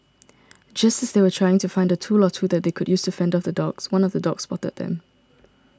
just as they were trying to find a tool or two that they could use to fend off the dogs one of the dogs spotted them